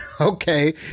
okay